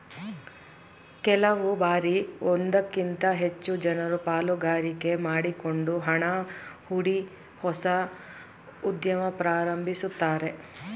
ಕೆಲವು ಬಾರಿ ಒಂದಕ್ಕಿಂತ ಹೆಚ್ಚು ಜನರು ಪಾಲುಗಾರಿಕೆ ಮಾಡಿಕೊಂಡು ಹಣ ಹೂಡಿ ಹೊಸ ಉದ್ಯಮ ಪ್ರಾರಂಭಿಸುತ್ತಾರೆ